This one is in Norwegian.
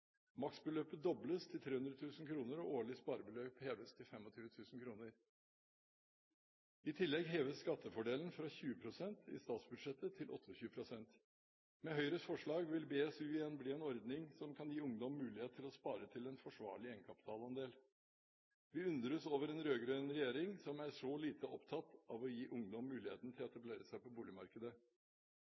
Maksbeløpet dobles til 300 000 kr, og årlig sparebeløp heves til 25 000 kr. I tillegg økes skattefordelen fra 20 pst. i statsbudsjettet til 28 pst. Med Høyres forslag vil BSU igjen bli en ordning som kan gi ungdom muligheten til å spare til en forsvarlig egenkapitalandel. Vi undres over en rød-grønn regjering som er så lite opptatt av å gi ungdom muligheten til å etablere seg på boligmarkedet.